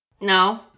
No